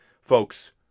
folks